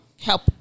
help